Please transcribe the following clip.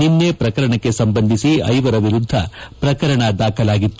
ನಿನ್ನೆ ಪ್ರಕರಣಕ್ಕೆ ಸಂಬಂಧಿಸಿ ಐವರ ವಿರುದ್ದ ಪ್ರಕರಣ ದಾಖಲಾಗಿತ್ತು